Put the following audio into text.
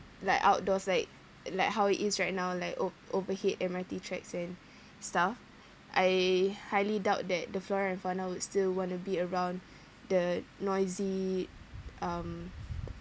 like outdoors like like how it is right now like o~ overhead M_R_T tracks and stuff I highly doubt that the flora and fauna would still want to be around the noisy um